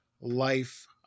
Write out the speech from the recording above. life